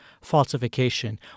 falsification